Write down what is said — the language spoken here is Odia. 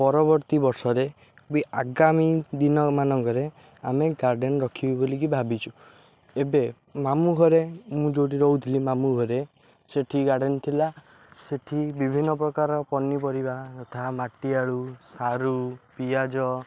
ପରବର୍ତ୍ତୀ ବର୍ଷରେ ବି ଆଗାମୀ ଦିନ ମାନଙ୍କରେ ଆମେ ଗାର୍ଡ଼େନ୍ ରଖିବୁ ବୋଲିକି ଭାବିଛୁ ଏବେ ମାମୁଁ ଘରେ ମୁଁ ଯେଉଁଠି ରହୁଥିଲି ମାମୁଁଘରେ ସେଠି ଗାର୍ଡ଼େନ୍ ଥିଲା ସେଠି ବିଭିନ୍ନ ପ୍ରକାର ପନିପରିବା ଯଥା ମାଟିଆଳୁ ସାରୁ ପିଆଜ